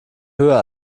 höher